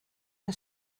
que